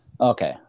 Okay